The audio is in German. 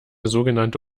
sogenannte